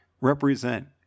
represent